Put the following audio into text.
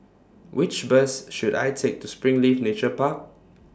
Which Bus should I Take to Springleaf Nature Park